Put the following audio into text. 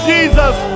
Jesus